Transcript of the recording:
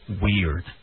weird